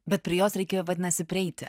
bet prie jos reikėjo vadinasi prieiti